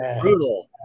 brutal